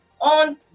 on